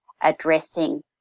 addressing